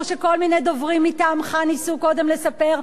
שכל מיני דוברים מטעמך ניסו קודם לספר,